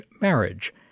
marriage